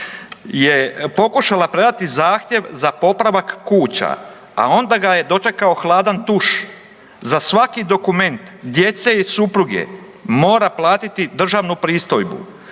je pokušala predati zahtjev za popravak kuća, a onda ga je dočekao hladan tuš. Za svaki dokument djece i supruge mora platiti državnu pristojbu.